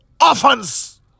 orphans